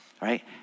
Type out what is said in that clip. right